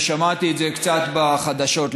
ושמעתי את זה קצת בחדשות,